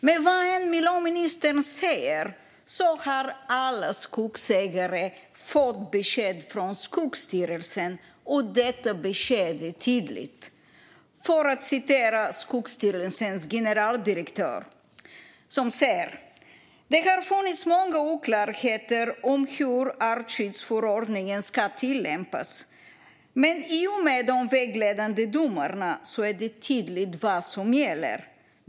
Men vad miljöministern än säger har alla skogsägare fått besked från Skogsstyrelsen, och detta besked är tydligt. Skogsstyrelsen generaldirektör säger: Det har funnits många oklarheter om hur artskyddsförordningen ska tillämpas, men i och med de vägledande domarna är det tydligt vad som gäller.